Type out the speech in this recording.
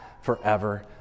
forever